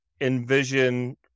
envision